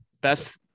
best